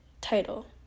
title